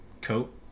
coat